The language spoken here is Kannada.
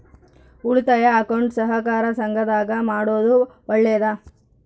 ಉಳಿತಾಯ ಅಕೌಂಟ್ ಸಹಕಾರ ಸಂಘದಾಗ ಮಾಡೋದು ಒಳ್ಳೇದಾ?